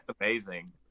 Amazing